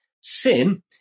Sin